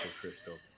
crystal